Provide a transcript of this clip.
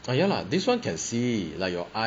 讨厌 lah this [one] can see lah ya